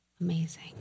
Amazing